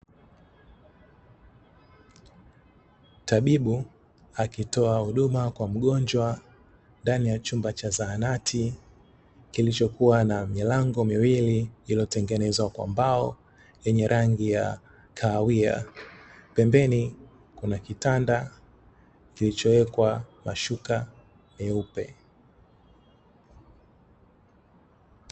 Tabibu akitoa huduma kwa mgonjwa ndani ya chumba cha zahanati, kilichokua na milango miwili iliyotengenezwa kwa mbao yenye rangi ya kahawia pembeni kuna kitanda kilichowekwa mashuka meupe.